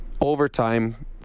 overtime